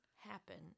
happen